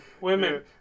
Women